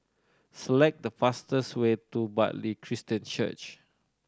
select the fastest way to Bartley Christian Church